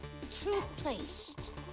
toothpaste